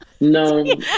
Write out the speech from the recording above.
No